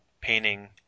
painting